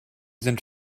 sind